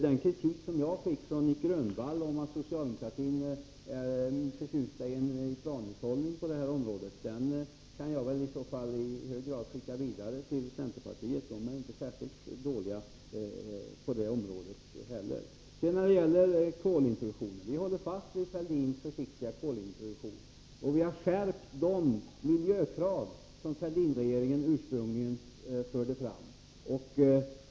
Den kritik som jag fick av Nic Grönvall för att socialdemokratin skulle vara förtjust i planhushållning på det här området kan jag i så fall i hög grad skicka vidare till centerpartisterna; de är inte särskilt dåliga på den punkten heller. Vi håller fast vid Fälldinregeringens försiktiga kolintroduktion och har skärpt de miljökrav som den ursprungligen förde fram.